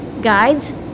guides